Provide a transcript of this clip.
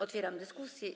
Otwieram dyskusję.